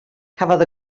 cafodd